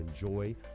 enjoy